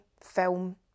film